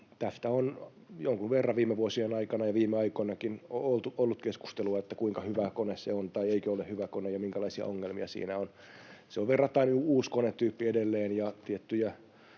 Tästä on jonkun verran viime vuosien aikana ja viime aikoinakin ollut keskustelua, että kuinka hyvä kone se on tai eikö se ole hyvä kone ja minkälaisia ongelmia siinä on. Se on verrattain uusi konetyyppi edelleen, ja tiettyjä